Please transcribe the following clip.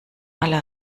alle